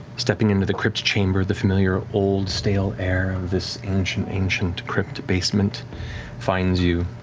stepping into the crypt chamber, the familiar old stale air of this ancient, ancient crypt basement finds you.